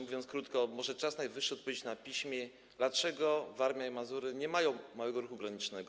Mówiąc krótko, może czas najwyższy odpowiedzieć na piśmie, dlaczego Warmia i Mazury nie mają małego ruchu granicznego.